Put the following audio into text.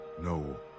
No